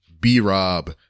B-Rob